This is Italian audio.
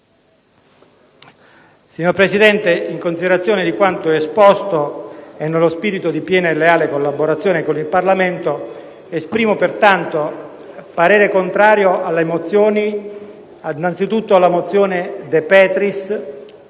signor Presidente, in considerazione di quanto esposto e nello spirito di piena e leale collaborazione con il Parlamento, esprimo parere contrario alle mozioni nn. 8 (testo 2), 57 e 82 (testo